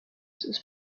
sus